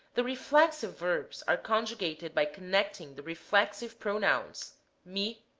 the reflexive verbs are conjugated by con necting the reflexive pronouns me,